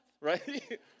Right